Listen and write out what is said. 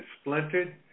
splintered